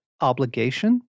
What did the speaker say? obligation